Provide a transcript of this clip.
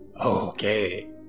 Okay